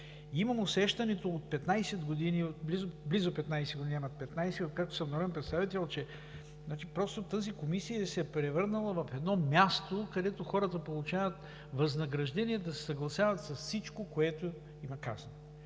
Имам усещането от близо 15 години, откакто съм народен представител, че просто тази комисия се е превърнала в място, където хората получават възнаграждение да се съгласяват с всичко, което им е казано.